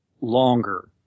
longer